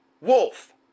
Wolf